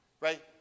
right